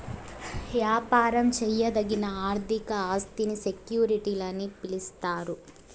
యాపారం చేయదగిన ఆర్థిక ఆస్తిని సెక్యూరిటీలని పిలిస్తారు